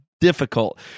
difficult